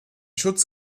schutz